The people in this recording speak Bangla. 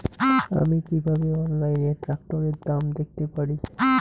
আমি কিভাবে অনলাইনে ট্রাক্টরের দাম দেখতে পারি?